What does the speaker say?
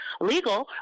legal